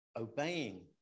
obeying